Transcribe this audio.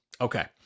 Okay